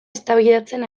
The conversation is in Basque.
eztabaidatzen